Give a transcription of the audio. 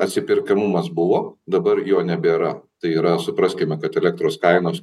atsiperkamumas buvo dabar jo nebėra tai yra supraskime kad elektros kainos